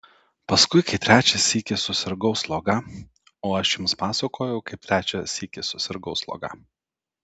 paskui kai trečią sykį susirgau sloga o aš jums pasakojau kaip trečią sykį susirgau sloga